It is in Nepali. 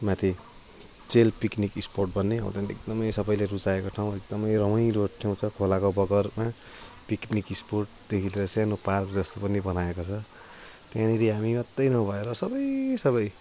माथि चेल पिकनिक स्पोट भन्ने हो त्यो एकदमै सबैले रुचाएको ठाउँ एकदमै रमाइलो ठाउँ छ खोलाको बगरमा पिकनिक स्पोटदेखि लिएर सानो पार्क जस्तो पनि बनाएको छ त्यहाँनिर हामी मात्रै नभएर सबै सबै